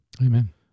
Amen